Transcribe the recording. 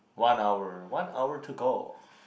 one hour one hour to go